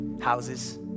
houses